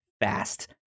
fast